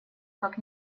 как